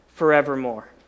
forevermore